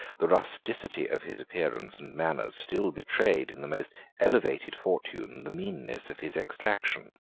the rusticity of his appearance and manners still betrayed in the most elevated fortune the meanness of his extraction.